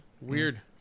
Weird